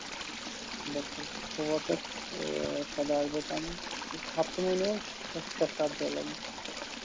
بِلکُل ژور پٮ۪ٹھ شےٚ سَداہ اَرداہ تام حظ ہَفتہٕ مٲنِو حظ شےٚ سَتھ دۄہ لَگن